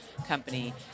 company